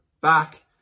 back